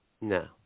No